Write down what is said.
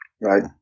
right